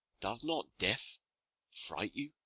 doth not death fright you?